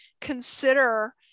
consider